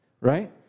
right